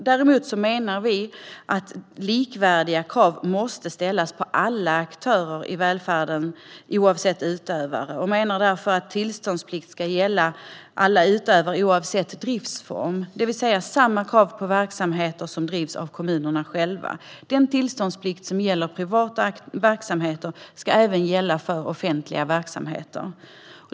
Däremot menar vi att likvärdiga krav måste ställas på alla aktörer i välfärden, oavsett utförare, och menar därför att tillståndsplikt ska gälla alla utförare oavsett driftsform. Det ska alltså ställas samma krav på verksamheter som drivs av kommunerna själva. Den tillståndsplikt som gäller privata verksamheter ska även gälla för offentliga verksamheter.